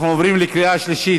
אנחנו עוברים לקריאה שלישית.